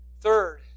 Third